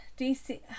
DC